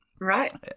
Right